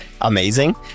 amazing